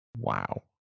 Wow